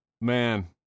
man